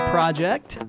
Project